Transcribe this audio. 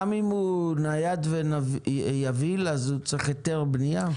גם אם הוא נייד ויביל הוא צריך היתר בנייה?